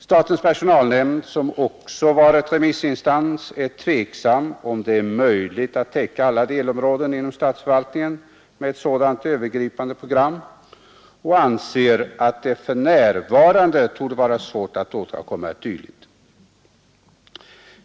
Statens personalnämnd, som också varit remissinstans, är tveksam om det är möjligt att täcka alla delområden inom statsförvaltningen med ett sådant övergripande program och anser att det för närvarande torde vara svårt att åstadkomma ett dylikt.